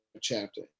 chapter